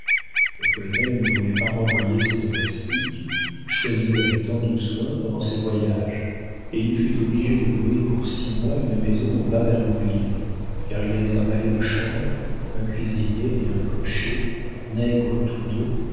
le colonel ne voulut pas renvoyer ses domestiques choisis avec tant de soin pendant ses voyages et il fut obligé de louer pour six mois une maison au bas d'ingouville car il avait un valet de chambre un cuisinier et un cocher nègres tous deux